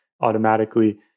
automatically